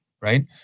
right